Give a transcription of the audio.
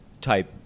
type